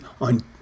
on